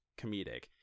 comedic